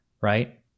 right